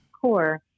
core